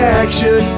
action